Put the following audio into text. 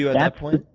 that point?